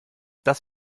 das